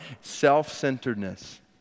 self-centeredness